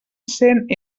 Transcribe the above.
cent